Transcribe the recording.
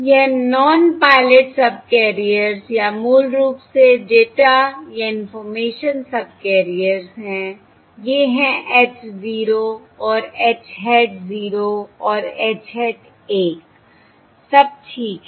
यह non pilot subcarriers या मूल रूप से डेटा या इंफॉर्मेशन सबकैरियर्स हैं ये हैं H 0 और H hat 0 और H hat 1 सब ठीक है